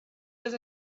was